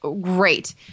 great